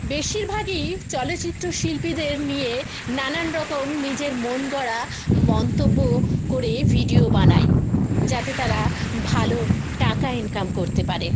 বেশিরভাগই চলচ্চিত্র শিল্পীদের নিয়ে নানান রকম নিজের মন গড়া মন্তব্য করে ভিডিও বানায় যাতে তারা ভালো টাকা ইনকাম করতে পারে